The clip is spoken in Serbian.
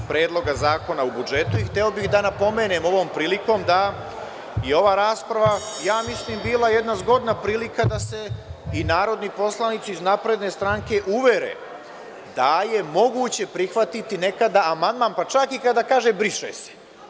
Predloga zakona o budžetu i hteo bih da napomenem ovom prilikom da bi ova rasprava bila jedna zgodna prilika da se i narodni poslanici iz SNS uvere da je moguće prihvatiti nekada amandman, pa čak i kada kaže – briše se.